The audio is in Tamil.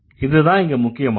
இதுதான் இங்க முக்கியமானது